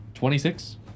Twenty-six